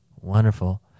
Wonderful